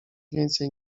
więcej